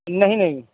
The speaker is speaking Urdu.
نہیں نہیں